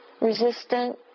resistant